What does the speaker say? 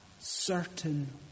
certain